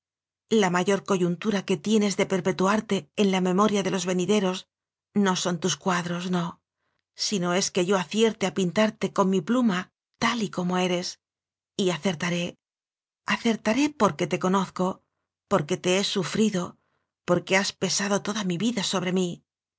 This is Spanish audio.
la mayor coyuntura que tienes de perpetuarte en la memoria de los venideros no son tus cuadros no sino es que yo acierte a pintar te con mi pluma tal y como eres y acertaré acertaré porque te conozco porque te he sufrido porque has pesado toda mi vida sobre mí